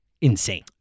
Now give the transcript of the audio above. insane